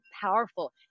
powerful